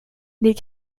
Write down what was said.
les